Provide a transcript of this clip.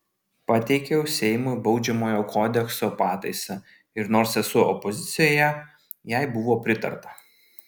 pateikiau seimui baudžiamojo kodekso pataisą ir nors esu opozicijoje jai buvo pritarta